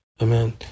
Amen